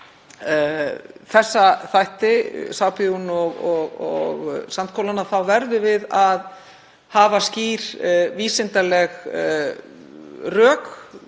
þessa þætti, sæbjúgun og sandkolann, þá verðum við að hafa skýr vísindaleg rök